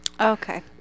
Okay